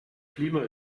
klima